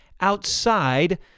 outside